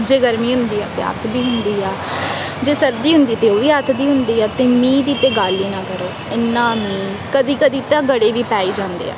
ਜੇ ਗਰਮੀ ਹੁੰਦੀ ਆ ਤਾਂ ਅੱਤ ਦੀ ਹੁੰਦੀ ਆ ਜੇ ਸਰਦੀ ਹੁੰਦੀ ਤਾਂ ਉਹ ਵੀ ਅੱਤ ਦੀ ਹੁੰਦੀ ਆ ਅਤੇ ਮੀਂਹ ਦੀ ਤਾਂ ਗੱਲ ਹੀ ਨਾ ਕਰੋ ਇੰਨਾ ਮੀਂਹ ਕਦੀ ਕਦੀ ਤਾਂ ਗੜੇ ਵੀ ਪੈ ਹੀ ਜਾਂਦੇ ਆ